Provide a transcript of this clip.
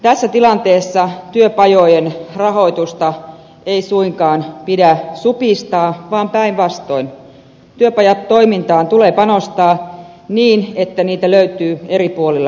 tässä tilanteessa työpajojen rahoitusta ei suinkaan pidä supistaa vaan päinvastoin työpajatoimintaan tulee panostaa niin että niitä löytyy eri puolilla maata